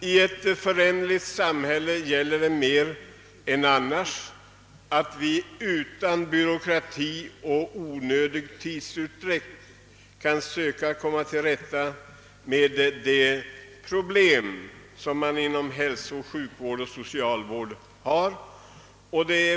I ett föränderligt sam hälle gäller det alldeles särskilt att utan byråkrati och onödig tidsutdräkt söka lösa problemen inom hälsooch sjukvården samt socialvården.